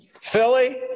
Philly